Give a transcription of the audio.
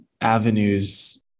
avenues